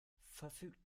verfügt